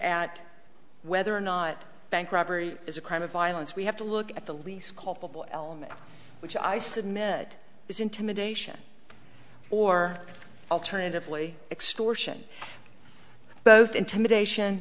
at whether or not bank robbery is a crime of violence we have to look at the least culpable element which i submit that is intimidation or alternatively extortion both intimidation